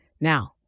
Now